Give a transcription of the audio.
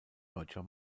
deutscher